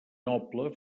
noble